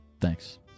Thanks